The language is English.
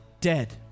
dead